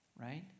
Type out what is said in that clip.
right